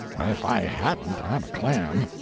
if i hadn't i'm a clam!